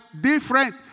different